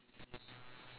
okay lor okay lor